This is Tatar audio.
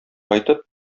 кайтып